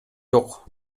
жок